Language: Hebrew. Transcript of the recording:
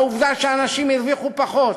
לעובדה שאנשים הרוויחו פחות.